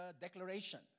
declaration